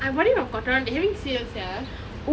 I bought it from Cotton On they having sales sia